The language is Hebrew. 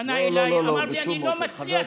פנה אליי ואמר לי: אני לא מצליח לגמור את החודש,